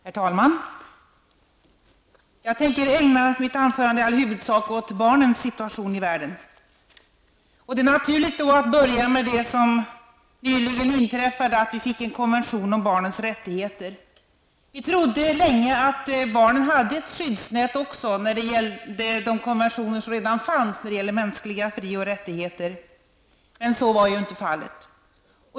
Herr talman! Jag tänker ägna mitt anförande i huvudsak åt barnens situation i världen. Då är det naturligt att börja med det som nyligen inträffade, nämligen att vi fick en konvention om barnens rättigheter. Vi trodde länge att också barnen hade ett skyddsnät i de konventioner som redan fanns när det gällde mänskliga fri och rättigheter. Så var ju inte fallet.